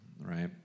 right